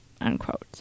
unquote